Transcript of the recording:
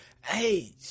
Hey